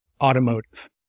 automotive